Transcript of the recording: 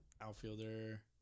outfielder